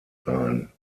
sein